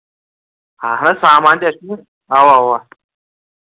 اَہَن حظ سامان تہِ اَسہِ چھُنہٕ اَوا اَوا